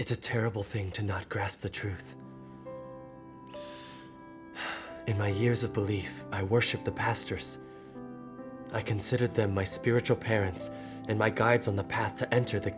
it's a terrible thing to not grasp the truth in my years of belief i worship the pastors i consider them my spiritual parents and my guides on the path to enter the